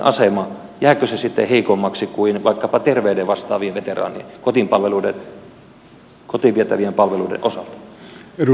jääkö se sitten heikommaksi kuin vaikkapa terveiden vastaavien veteraanien asema kotiin vietävien palveluiden osalta